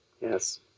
Yes